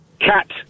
cat